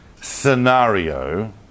scenario